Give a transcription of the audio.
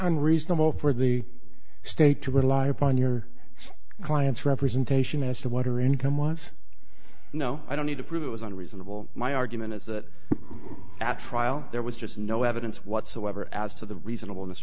unreasonable for the state to rely upon your client's representation as to what her income was no i don't need to prove it was unreasonable my argument is that at trial there was just no evidence whatsoever as to the reasonable of this